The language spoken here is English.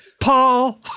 Paul